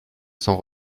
sans